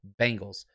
Bengals